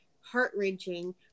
heart-wrenching